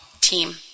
team